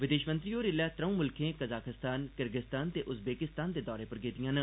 विदेषमंत्री होर ऐल्लै त्रौं मुल्खें कजाखसतान किर्गिज़तान ते उज़बेकिस्तान दे दौरे पर गेदिआं न